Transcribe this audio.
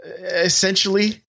essentially